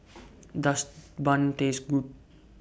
Does Bun Taste Good